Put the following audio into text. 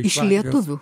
iš lietuvių